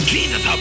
Jesus